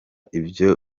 ibyo